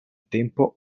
tempo